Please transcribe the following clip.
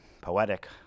poetic